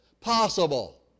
possible